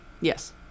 Yes